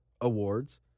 awards